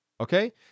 okay